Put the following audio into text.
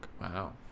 Wow